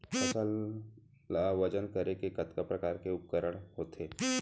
फसल ला वजन करे के कतका प्रकार के उपकरण होथे?